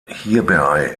hierbei